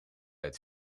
het